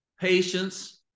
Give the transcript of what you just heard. patience